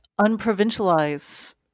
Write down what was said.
unprovincialize